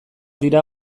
dira